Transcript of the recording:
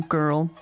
Girl